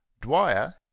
Dwyer